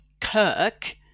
Kirk